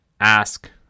ask